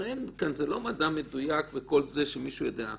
הרי זה לא מדע מדויק שמישהו יודע.